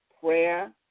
prayer